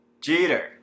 Jeter